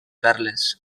perles